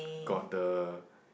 got the